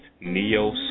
Neo